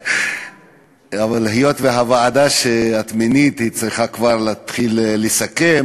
אבל היות שהוועדה שאת מינית צריכה כבר להתחיל לסכם,